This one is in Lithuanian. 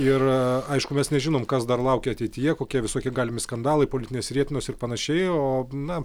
ir aišku mes nežinom kas dar laukia ateityje kokie visokie galimi skandalai politinės rietenos ir panašiai o na